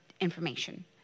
information